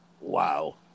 Wow